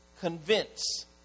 convince